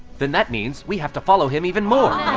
then that means we have to follow him even more!